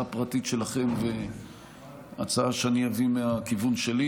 פרטית שלכם והצעה שאני אביא מהכיוון שלי,